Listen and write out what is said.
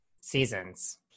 seasons